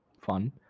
Fun